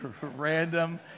random